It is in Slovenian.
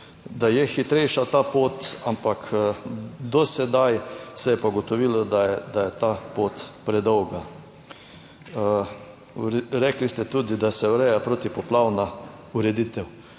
da je hitrejša ta pot, ampak do sedaj se je pa ugotovilo, da je ta pot predolga. Rekli ste tudi, da se ureja protipoplavna ureditev.